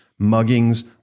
Muggings